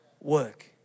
work